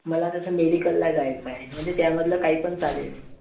मला जसं मेडिकलला जायचं आहे म्हणजे त्यामधलं काही पण चालेल